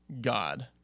God